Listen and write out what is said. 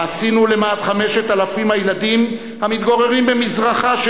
מה עשינו למען 5,000 הילדים המתגוררים במזרחה של